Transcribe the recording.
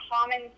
common